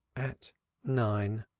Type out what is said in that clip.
at nine,